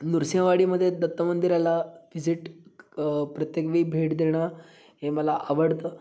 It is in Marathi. नृसिंहवाडीमध्ये दत्त मंदिराला व्हिजिट प्रत्येकवेळी भेट देणं हे मला आवडतं